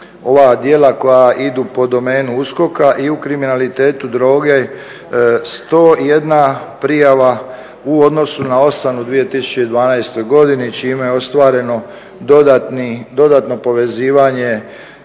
ova djela koja idu pod domenu USKOK-a i u kriminalitetu droge 101 prijava u odnosu na 8 u 2012.godini čime je ostvareno dodatno povezivanje